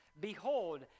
Behold